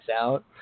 out